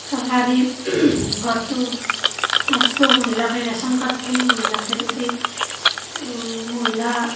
চৰকাৰী ঘৰটো গেছটোও মহিলাকে ৰেচন কাৰ্ডখিনিও মহিলাকে দিছে মহিলা